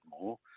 more